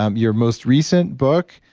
um your most recent book,